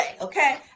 okay